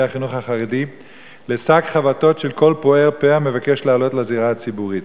החינוך החרדי לשק חבטות של כל פוער פה המבקש לעלות לזירה הציבורית.